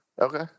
Okay